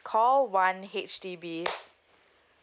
call one H_D_B